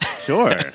Sure